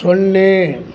ಸೊನ್ನೆ